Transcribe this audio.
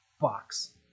box